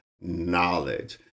knowledge